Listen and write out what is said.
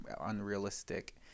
unrealistic